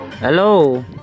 Hello